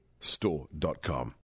Store.com